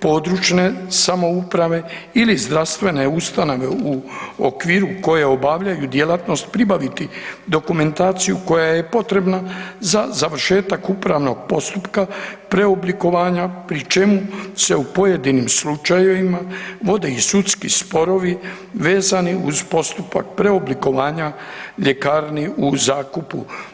područne samouprave ili zdravstvene ustanove u okviru koje obavljaju djelatnost, pribaviti dokumentaciju koja je potrebna za završetak upravnog postupka preoblikovanja pri čemu se u pojedinim slučajevima vode i sudski sporovi vezani uz postupak preoblikovanja ljekarni u zakupu.